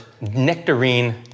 nectarine